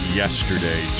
yesterday